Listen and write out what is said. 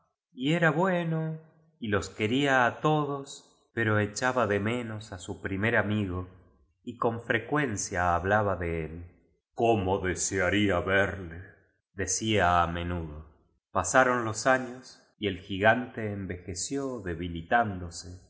y era bueno y los quería á todos pero echaba de me nos á su primer amigo y con frecuencia hablaba de él cómo desearía verleídecía á me nudo pasaron los años y el gigante enveje ció